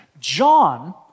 John